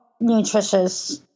nutritious